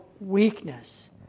weakness